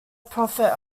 prophet